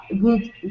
good